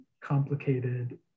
complicated